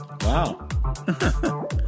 wow